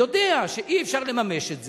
יודע שאי-אפשר לממש את זה,